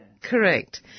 Correct